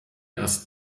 erst